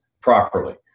properly